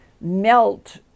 melt